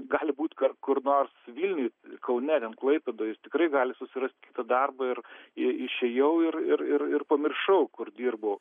gali būt kad kur nors vilniuj kaune ten klaipėdoj jis tikrai gali susirast kitą darbą ir i išėjau ir ir ir pamiršau kur dirbau